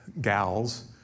Gals